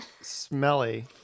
Smelly